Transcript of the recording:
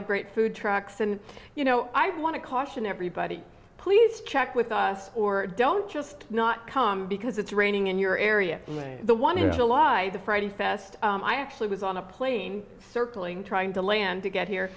of great food trucks and you know i've to caution everybody please check with us or don't just not come because it's raining in your area where the one is a lie the friday fest i actually was on a plane circling trying to land to get here